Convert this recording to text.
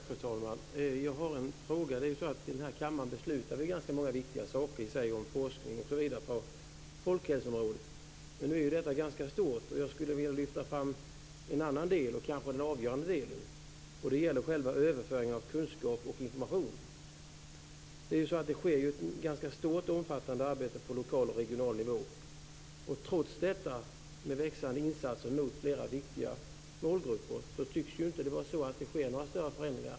Fru talman! Jag har en fråga. I den här kammaren beslutar vi ganska många viktiga saker, t.ex. om forskning på folkhälsoområdet. Men detta är ganska stort, och jag skulle vilja lyfta fram en annan del, kanske den avgörande delen. Det gäller själva överföringen av kunskap och information. Det sker ett ganska stort och omfattande arbete på lokal och regional nivå. Trots växande insatser för flera viktiga målgrupper tycks det inte ske några större förändringar.